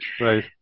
Right